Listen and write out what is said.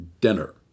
dinner